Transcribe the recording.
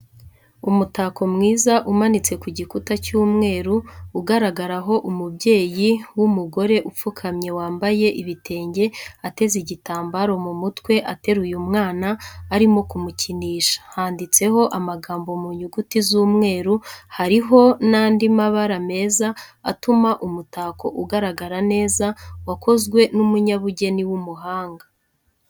Umutako mwiza umanitse ku gikuta cy'umweru ugaragaraho umubyeyi w'umugore upfukamye wambaye ibitenge ateze igitambaro mu mutwe ateruye umwana arimo kumukinisha ,handitseho amagambo mu nyuguti z'umweru hariho n'andi mabara meza atuma umutako ugaragara neza wakozwe n'umunyabugeni w'umuhanga.